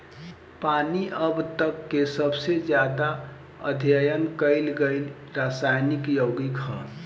पानी अब तक के सबसे ज्यादा अध्ययन कईल गईल रासायनिक योगिक ह